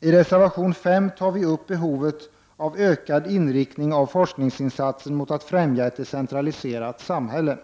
I reservation 5 tar vi upp behovet av ökad inriktning av forskningsinsatser mot att främja ett decentraliserat samhälle.